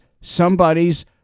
somebody's